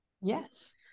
yes